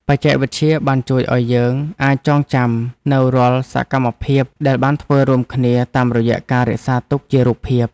បច្ចេកវិទ្យាបានជួយឱ្យយើងអាចចងចាំនូវរាល់សកម្មភាពដែលបានធ្វើរួមគ្នាតាមរយៈការរក្សាទុកជារូបភាព។